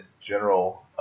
general